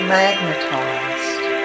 magnetized